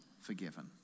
forgiven